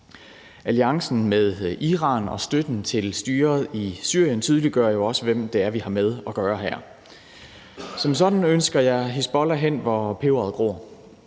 Alliancen med Iran og støtten til styret i Syrien tydeliggør jo også, hvem det er, vi har med at gøre her. Som sådan ønsker jeg Hizbollah hen, hvor peberet gror,